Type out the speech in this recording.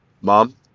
mom